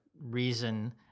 reason